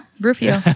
Rufio